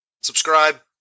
Subscribe